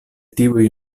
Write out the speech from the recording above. tiuj